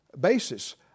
basis